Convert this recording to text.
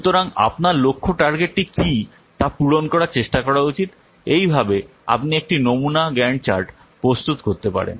সুতরাং আপনার লক্ষ্য টার্গেটটি কী তা পূরণ করার চেষ্টা করা উচিত এইভাবে আপনি একটি নমুনা গ্যান্ট চার্ট প্রস্তুত করতে পারেন